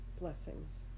Blessings